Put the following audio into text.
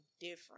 different